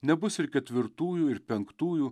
nebus ir ketvirtųjų ir penktųjų